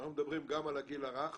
אנחנו מדברים גם על הגיל הרך